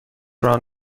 run